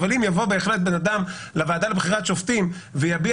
אבל אם יבוא בן-אדם לוועדה לבחירת שופטים ויביע